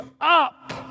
up